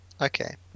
okay